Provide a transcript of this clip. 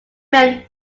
men